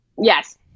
yes